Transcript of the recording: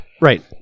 Right